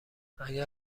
اگه